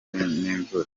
n’imvura